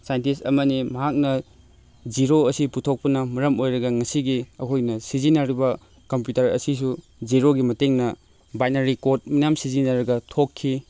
scientist ꯑꯃꯅꯤ ꯃꯍꯥꯛꯅ zero ꯑꯁꯤ ꯄꯨꯊꯣꯛꯄꯅ ꯃꯔꯝ ꯑꯣꯏꯔꯒ ꯉꯁꯤꯒꯤ ꯑꯩꯈꯣꯏꯅ ꯁꯤꯖꯟꯅꯔꯤꯕ ꯀꯝꯄ꯭ꯌꯨꯇꯔ ꯑꯁꯤꯁꯨ ꯖꯤꯔꯣꯒꯤ ꯃꯇꯦꯡꯅ ꯕꯥꯏꯅꯔꯤ ꯀꯣꯠ ꯃꯌꯥꯝ ꯁꯤꯖꯤꯟꯅꯔꯒ ꯊꯣꯛꯈꯤ